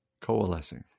coalescing